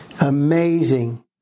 Amazing